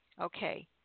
Okay